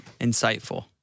Insightful